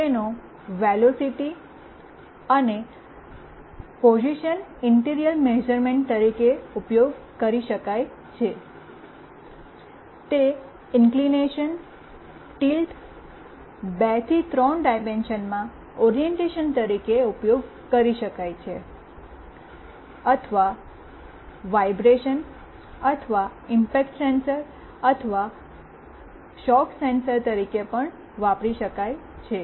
તેનો વેલોસિટી અને પોઝિશનના ઇનેર્ટિયલ મેઝર્મન્ટ તરીકે ઉપયોગ કરી શકાય છે તે ઇન્ક્લીનેશનટિલ્ટ 2 થી 3 ડાઈમેન્શનમાં ઓરિએંટેશન તરીકે ઉપયોગ કરી શકાય છે અથવા વાઈબ્રેશન અથવા ઈમ્પેક્ટ સેન્સર અથવા શોક સેન્સર તરીકે પણ વાપરી શકાય છે